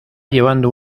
llevando